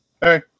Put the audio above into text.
Hey